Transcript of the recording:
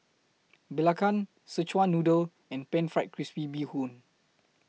Belacan Szechuan Noodle and Pan Fried Crispy Bee Hoon